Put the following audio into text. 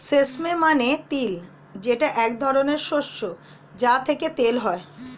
sesame মানে তিল যেটা এক ধরনের শস্য যা থেকে তেল হয়